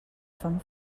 fan